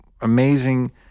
amazing